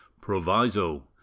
proviso